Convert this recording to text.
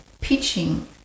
pitching